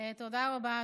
תודה רבה.